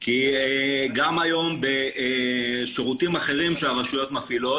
כי גם היום בשירותים אחרים שהרשויות מפעילות